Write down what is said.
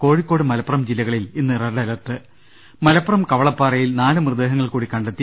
കോഴിക്കോട്ട് മലപ്പുറം ജില്ലകളിൽ ഇന്ന് റെഡ് അലർട്ട് മലപ്പുറം കവളപ്പാറയിൽ നാലു മൃതദേഹങ്ങൾ കൂടി കണ്ടെത്തി